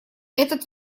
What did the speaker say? этот